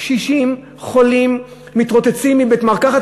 קשישים וחולים מתרוצצים מבית-מרקחת